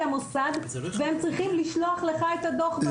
למוסד והם צריכים לשלוח לך את הדוח.